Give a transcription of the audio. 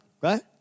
Right